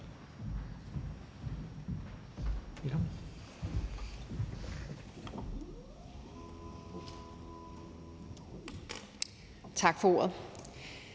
Tak for ordet.